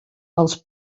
els